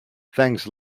thanks